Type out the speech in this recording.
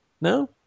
No